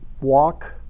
walk